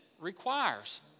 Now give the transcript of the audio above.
requires